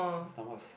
stomachs